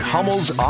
Hummel's